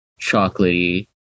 chocolatey